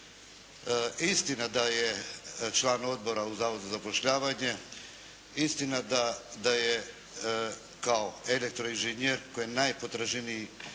Istina da je član Odbora u zavodu za zapošljavanje, istina da je kao elektroinženjer koja je najpotraženija